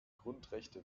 grundrechte